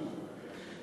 ובינוי